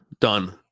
done